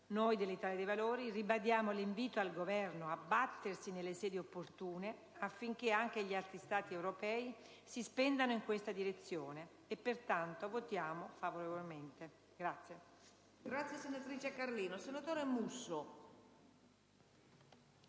noi dell'Italia dei Valori ribadiamo l'invito al Governo a battersi nelle sedi opportune affinché anche gli altri Stati europei si spendano in tale direzione, e pertanto votiamo favorevolmente.